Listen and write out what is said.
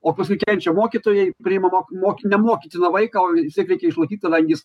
o paskui kenčia mokytojai priima mok mok nemokytiną vaiką o vis tiek reikia jį išlaikyt kadangi jis